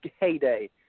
heyday